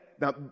now